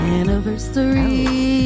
anniversary